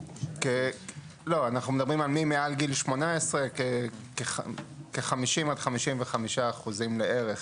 אנחנו מדברים על מי מעל גיל 18, כ-50-55% לערך